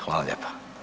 Hvala lijepa.